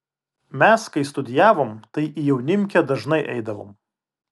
mes kai studijavom tai į jaunimkę dažnai eidavom